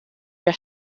der